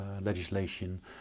legislation